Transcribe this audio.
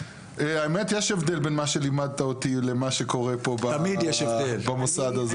האמת יש הבדל בין מה שלימדת אותי למה שקורה פה במוסד הזה.